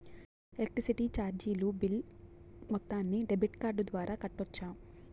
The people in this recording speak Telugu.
ఎలక్ట్రిసిటీ చార్జీలు బిల్ మొత్తాన్ని డెబిట్ కార్డు ద్వారా కట్టొచ్చా?